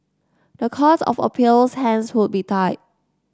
the Court of Appeal's hands would be tied